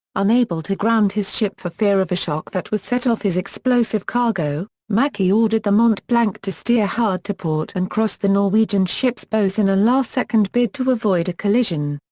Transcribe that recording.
unable to ground his ship for fear of a shock that would set off his explosive cargo, mackey ordered the mont-blanc to steer hard to port and crossed the norwegian ship's bows in a last-second bid to avoid a collision.